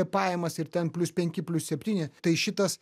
pajamas ir ten plius penki plius septyni tai šitas